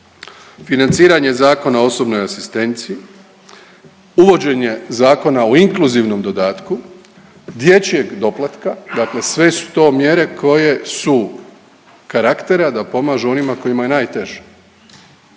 financiranje Zakona o osobnoj asistenciji, uvođenje Zakona o inkluzivnom dodatku, dječjeg doplatka. Dakle, sve su to mjere koje su karaktera da pomažu onima kojima je najteže.